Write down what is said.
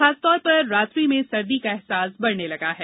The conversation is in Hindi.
खासतौर पर रात्रि में सर्दी का एहसास बढ़ने लगा है